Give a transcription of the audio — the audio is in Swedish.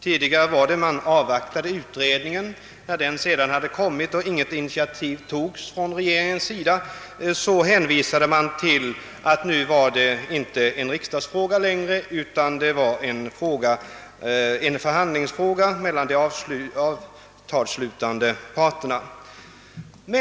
Tidigare sade man att utredningens resultat skulle avvaktas. När det sedan hade lagts fram och inget initiativ togs av regeringen hänvisade man till att nu var detta inte längre en riksdagsfråga utan en förhandlingsfråga mellan de avtalsslutande parterna.